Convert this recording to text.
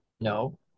No